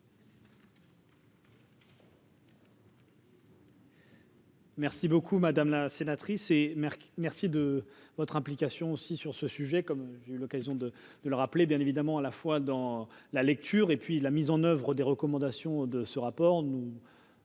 Merci beaucoup, madame la sénatrice et maire, merci de votre implication aussi sur ce sujet, comme j'ai eu l'occasion de de le rappeler, bien évidemment, à la fois dans la lecture et puis la mise en oeuvre des recommandations de ce rapport,